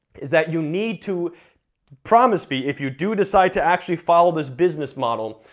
is that you need to promise me, if you do decide to actually follow this business model,